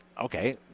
okay